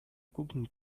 cooking